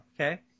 okay